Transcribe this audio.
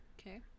Okay